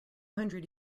hundred